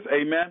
Amen